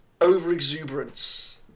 over-exuberance